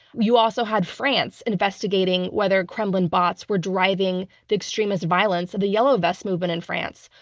you also had france investigating whether kremlin bots were driving the extremist violence of the yellow vest movement in france.